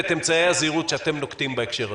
ואת אמצעי הזהירות שאתם נוקטים בהקשר הזה.